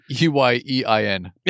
E-Y-E-I-N